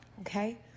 Okay